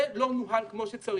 זה לא נוהל כמו שצריך.